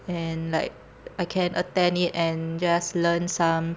and like I can attend it and just learn some